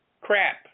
Crap